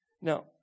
Now